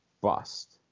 bust